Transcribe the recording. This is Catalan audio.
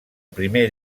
primer